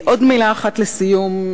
עוד מלה אחת לסיום,